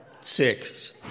Six